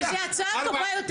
וזו הצעה טובה יותר.